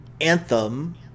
anthem